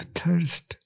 thirst